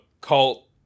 cult